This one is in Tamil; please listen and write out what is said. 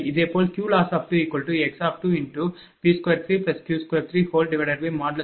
இதேபோல் QLoss2x×P2Q2| V|20